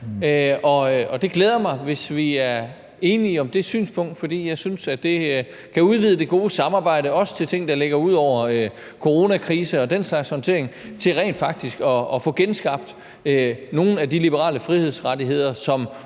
Og det glæder mig, hvis vi er enige om det synspunkt, for jeg synes, at det kan udvide det gode samarbejde til ting, der ligger ud over coronakrisen, så vi rent faktisk kan få genskabt nogle af de liberale frihedsrettigheder, som